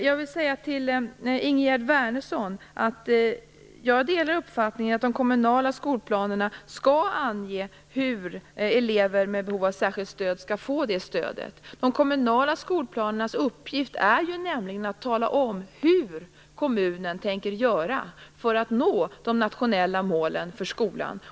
Jag delar Ingegerd Wärnerssons uppfattning att de kommunala skolplanerna skall ange hur elever med behov av särskilt stöd skall få det stödet. De kommunala skolplanernas uppgift är nämligen att tala om hur kommunen tänker göra för att uppnå de nationella målen för skolan.